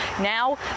Now